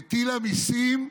הטילה מיסים,